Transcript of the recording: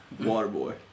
Waterboy